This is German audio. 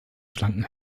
schlanken